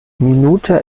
minute